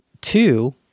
Two